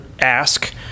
ask